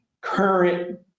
current